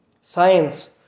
science